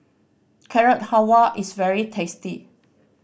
Carrot Halwa is very tasty